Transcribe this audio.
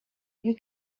you